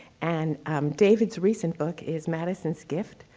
and um david's recent book is madison's gift,